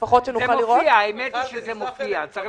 האמת שזה מופיע, אני